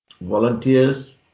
volunteers